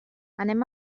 anem